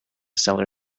cellar